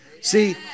See